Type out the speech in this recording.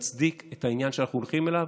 שמצדיק את העניין שאנחנו הולכים אליו.